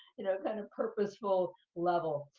you know, kind of purposeful level.